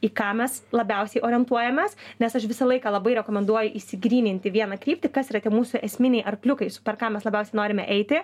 į ką mes labiausiai orientuojamės nes aš visą laiką labai rekomenduoju išsigryninti vieną kryptį kas yra tie mūsų esminiai arkliukai su per ką mes labiausiai norime eiti